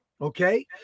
okay